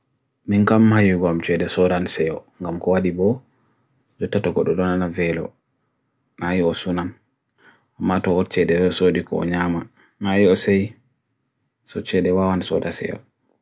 M'inkam m'ayu gam chede soraan seo, gam koad ibo, jutatokododona na velo, n'ayu osunam, m'atokod chede osudi konyaman, n'ayu osi, sote chede wawan sora seo.